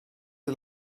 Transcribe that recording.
you